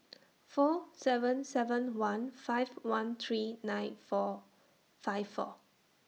four seven seven one five one three nine five four